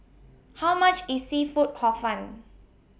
How much IS Seafood Hor Fun